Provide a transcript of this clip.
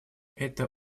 это